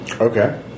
Okay